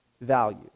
value